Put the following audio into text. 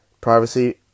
privacy